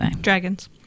dragons